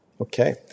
okay